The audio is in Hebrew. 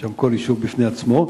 שם כל יישוב בפני עצמו.